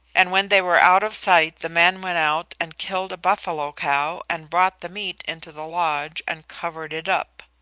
and when they were out of sight the man went out and killed a buffalo cow and brought the meat into the lodge and covered it up.